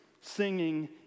singing